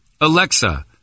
Alexa